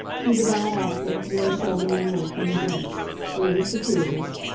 he's a bad actor, very seldom in work, and he drinks. there are just the two of us.